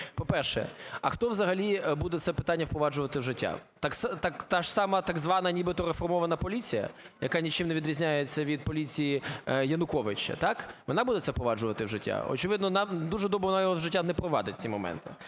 По-перше, а хто взагалі буде це питання впроваджувати в життя – та ж сама так звана нібито реформована поліція, яка нічим не відрізняється від поліції Януковича? Так, вона буде це впроваджувати в життя? Очевидно, вона дуже добре, вона в життя не впровадить ці моменти.